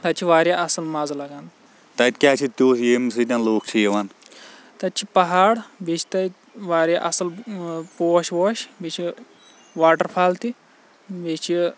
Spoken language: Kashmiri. تَتہِ چھِ وارِیاہ اَصٕل مَزٕ لَگان تَتہِ کیاہ چھِ تیوت ییٚمہ سۭتۍ لُکھ چھِ یِوان تَتہِ چھِ پَہاڑ بیٚیہ چھِ تَتہِ وارِیاہ اَصٕل پوش ووش بیٚیہِ چھِ واٹَر فال تہِ بیٚیہ چھِ